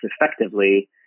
effectively